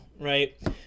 right